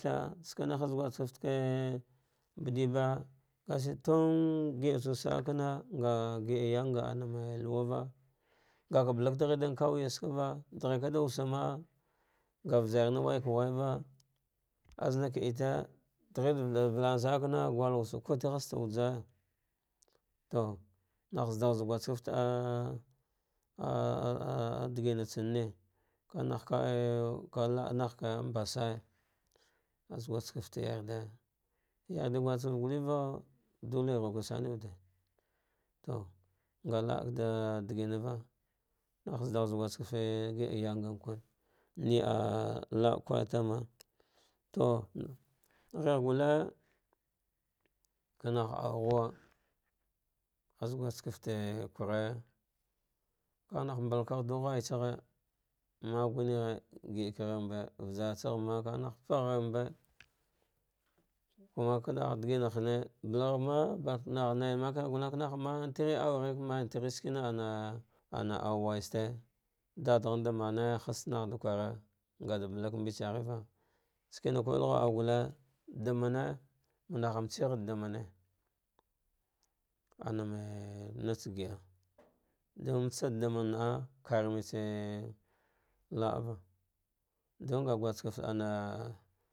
Kiya savene hazguskefte, ke bade ba ashi tung geda sasankana nga gide yanga mbe luwara ngaka balaka daghen kauyatsave deghe da wusana manga uajarna waikawayva, azana ka ete daghe da valana sana kana, gulwusa kurteke has wujaya to nah zaduza guskefte ah ah dagina tsane anah kaa kam aku mbabaja aze guskete yandaya, yardi guskefte guleve dute ruku sana ude, to nga la'ade digimava nah zaduza gusva ke fte gida yanganque ne la'a kwar tama to ghe ghe qute anah dughuwa az guskefte kwaraja kaneh mba ikadu ghaytas tsaghe, mugghe ge au ghembe vajartsaghe kagha nah pahambe kuma kah digine hane balagh ma katah kanah matere aure matere shikan ana auwayste dadagh manda manaya haztenatsa kwara, ngate blakambe tsagheva shikin kuel ghu augate, damana manah matsagh demene ama natsa gida dan mbatsa da daman nah ka karamma tsa la ava dangha gaskefte ah ye.